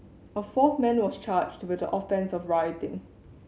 a fourth man was charged with the offence of rioting